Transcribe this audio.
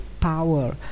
power